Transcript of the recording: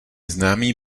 známý